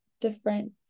different